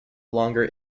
longer